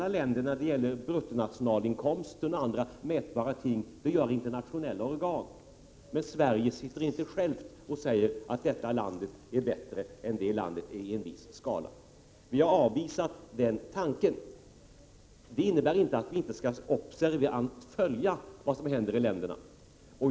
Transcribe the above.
När det gäller bruttonationalinkomsten och andra mätbara ting finns det en rangordning som görs upp av internationella organ, men Sverige sitter inte självt och säger att ett land är bättre än ett annat enligt en viss skala. Utskottsmajoriteten avvisar den tanken. Det innebär inte att vi inte skall observant följa vad som händer i mottagarländerna.